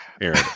Aaron